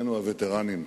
הווטרנים,